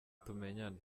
tumenyana